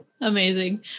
Amazing